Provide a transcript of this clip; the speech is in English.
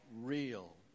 real